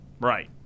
Right